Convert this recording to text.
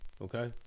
Okay